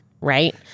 right